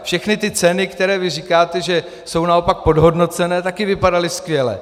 Všechny ty ceny, které říkáte, že jsou naopak podhodnocené, taky vypadaly skvěle.